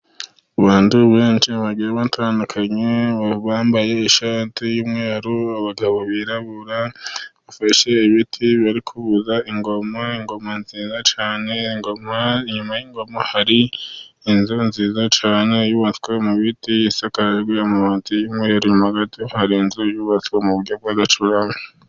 Abantu benshi bagiye batandukanye bambaye ishati y'umweru, abagabo birabura bafashe ibiti bari kuvuza ingoma, ingoma nziza cyane, ingoma, inyuma y'ingoma hari inzu nziza cyane, yubatswe mu biti isakajwe amabati y'umweru hari inzu yubatswe mu buryo bwagacurama.